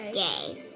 game